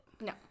No